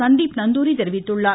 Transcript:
சந்தீப் நந்தூரி தெரிவித்துள்ளார்